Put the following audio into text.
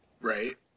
Right